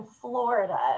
Florida